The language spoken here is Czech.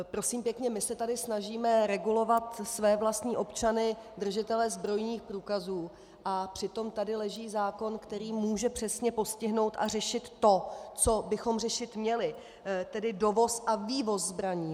Prosím pěkně, my se tady snažíme regulovat své vlastní občany držitele zbrojních průkazů, a přitom tady leží zákon, který může přesně postihnout a řešit to, co bychom řešit měli, tedy dovoz a vývoz zbraní.